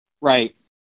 Right